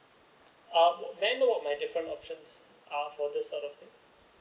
um may I know what my different options are for this sort of thing